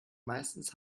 meistens